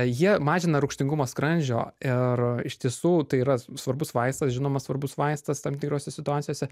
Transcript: jie mažina rūgštingumą skrandžio ir iš tiesų tai yra svarbus vaistas žinoma svarbus vaistas tam tikrose situacijose